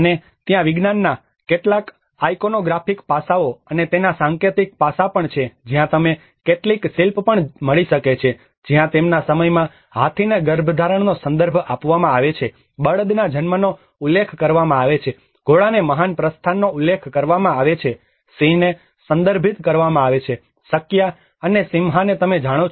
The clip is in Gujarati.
અને ત્યાં વિજ્ઞાનના કેટલાક આઇકોનોગ્રાફિક પાસાઓ અને તેના સાંકેતિક પાસાં પણ છે જ્યાં તમને કેટલીક શિલ્પ પણ મળી શકે છે જ્યાં તેમના સમયમાં હાથીને ગર્ભધારણનો સંદર્ભ આપવામાં આવે છે બળદના જન્મનો ઉલ્લેખ કરવામાં આવે છે ઘોડાને મહાન પ્રસ્થાનનો ઉલ્લેખ કરવામાં આવે છે સિંહને સંદર્ભિત કરવામાં આવે છે સક્યા અને સિંમ્હાને તમે જાણો છો